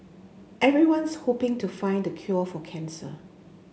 everyone's hoping to find the cure for cancer